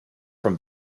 from